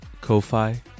Ko-Fi